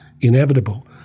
inevitable